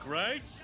right